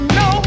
no